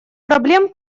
проблем